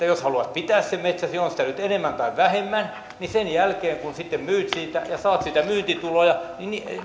jos haluaisi pitää sen metsän on sitä nyt enemmän tai vähemmän niin sen jälkeen kun sitten myyt siitä ja saat siitä myyntituloja